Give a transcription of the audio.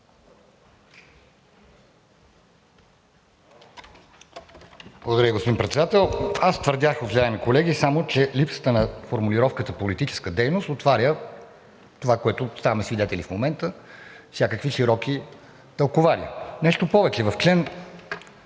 Благодаря, господин Председател! Аз твърдях, уважаеми колеги, само, че липсата на формулировката за политическа дейност отваря това, на което ставаме свидетели в момента – всякакви широки тълкувания. Нещо повече, в ал.